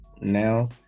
now